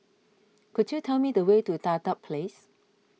could you tell me the way to Dedap Place